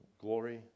glory